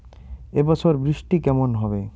এবছর বৃষ্টি কেমন হবে?